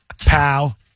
pal